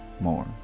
more